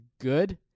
good